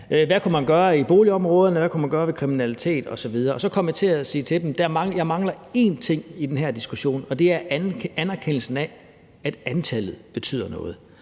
man kunne gøre i boligområderne, og hvad man kunne gøre ved kriminalitet osv. Og så kom jeg til at sige til dem, at jeg mangler én ting i den her diskussion, og det er anerkendelsen af, at antallet betyder noget.